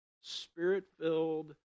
spirit-filled